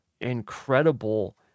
incredible